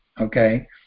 okay